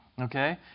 okay